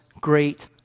great